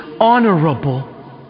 honorable